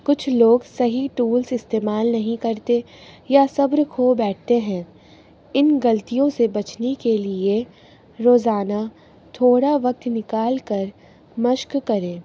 کچھ لوگ صحیح ٹولس استعمال نہیں کرتے یا صبر کھو بیٹھتے ہیں ان غلطیوں سے بچنے کے لیے روزانہ تھوڑا وقت نکال کر مشق کریں